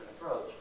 approach